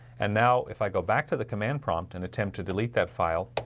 and now if i go back to the command prompt and attempt to delete that file